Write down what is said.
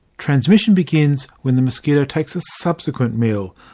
transmission begins when the mosquito takes a subsequent meal,